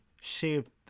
shaped